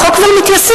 החוק כבר מתיישם.